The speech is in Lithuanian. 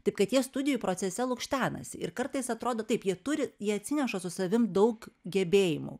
taip kad jie studijų procese lukštenasi ir kartais atrodo taip jie turi jie atsineša su savim daug gebėjimų